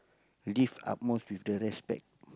live utmost with the respect